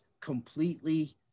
completely